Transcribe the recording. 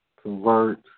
Convert